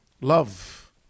love